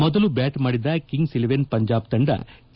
ಮೊದಲು ಬ್ಲಾಟ್ ಮಾಡಿದ Kings Eleven Punjab ತಂಡ ಕೆ